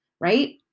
right